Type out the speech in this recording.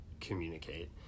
communicate